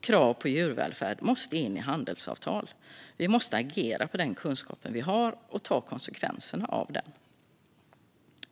Krav på djurvälfärd måste in i handelsavtal. Vi måste agera på den kunskap vi har och ta konsekvenserna av den.